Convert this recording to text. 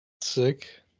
Sick